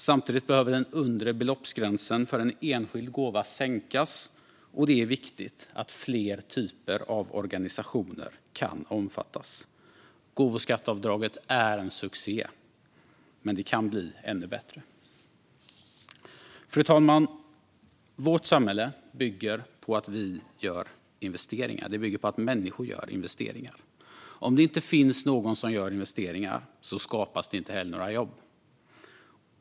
Samtidigt behöver den undre beloppsgränsen för en enskild gåva sänkas, och det är viktigt att fler typer av organisationer kan omfattas. Gåvoskatteavdraget är en succé, men det kan bli ännu bättre. Fru talman! Vårt samhälle bygger på att människor gör investeringar. Om det inte finns någon som gör investeringar skapas det inte heller några jobb.